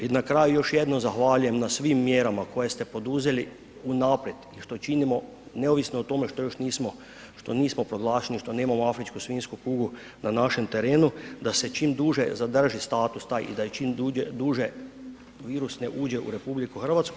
I na kraju još jednom zahvaljujem na svim mjerama koje ste poduzeli unaprijed, što činimo, neovisno o tome što još nismo, što nismo proglašeni, što nemamo afričku svinjsku kugu na našem terenu da se čim duže zadrži status taj i da je čim duže, virus ne uđe u RH.